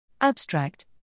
Abstract